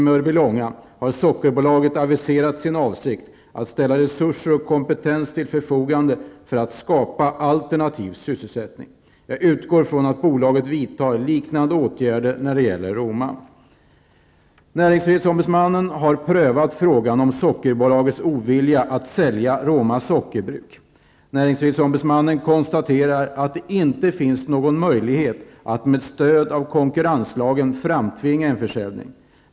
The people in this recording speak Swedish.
Mörbylånga har Sockerbolaget aviserat sin avsikt att ställa resurser och kompetens till förfogande för att skapa alternativ sysselsättning. Jag utgår från att bolaget vidtar liknande åtgärder när det gäller Näringsfrihetsombudsmannen har prövat frågan om Sockerbolagets ovilja att sälja Roma sockerbruk. Näringsfrihetsombudsmannen konstaterar att det inte finns någon möjlighet att med stöd av konkurrenslagen framtvinga en försäljning.